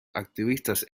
activistas